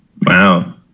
Wow